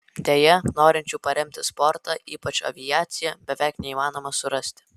deja norinčių paremti sportą ypač aviaciją beveik neįmanoma surasti